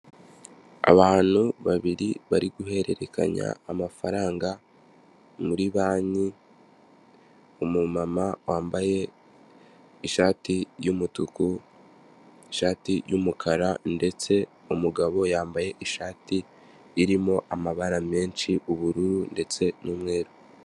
Abantu babiri bari guhererekanya amafaranga, muri banki, umu mama wambaye ishati y'umutuku, ishati y'umukara, ndetse umugabo yambaye ishati irimo amabara menshi, ubururu, ndetse n'umweru.